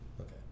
Okay